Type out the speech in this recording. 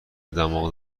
دماغ